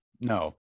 no